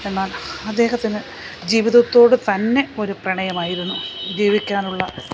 എന്നാൽ അദ്ദേഹത്തിന് ജീവിതത്തോട് തന്നെ ഒരു പ്രണയമായിരുന്നു ജീവിക്കാനുള്ള